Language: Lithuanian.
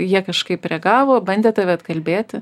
jie kažkaip reagavo bandė tave atkalbėti